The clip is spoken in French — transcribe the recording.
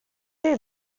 est